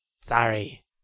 Sorry